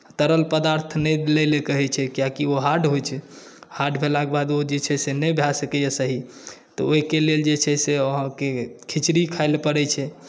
तरल पदार्थ नहि लइ लेल कहैत छै कियाकि ओ हार्ड होइत छै हार्ड भेलाक बाद ओ जे छै से नहि भए सकैए सही तऽ ओहिके लेल जे छै से अहाँकेँ खिचड़ी खाइ लेल पड़ैत छै